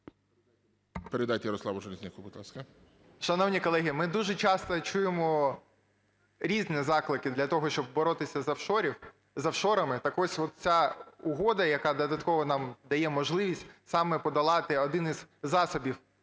Передайте Ярославу Железняку, будь ласка. 12:43:12 ЖЕЛЕЗНЯК Я.І. Шановні колеги, ми дуже часто чуємо різні заклики для того, щоб боротися з офшорами. Так ось, вот ця угода, яка додатково нам дає можливість саме подолати один із засобів